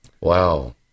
Wow